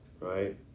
Right